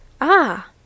Ah